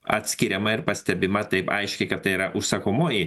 atskiriama ir pastebima taip aiškiai kad tai yra užsakomoji